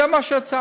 זה מה שהצעתי.